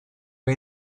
who